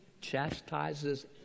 chastises